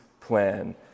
plan